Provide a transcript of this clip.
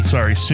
Sorry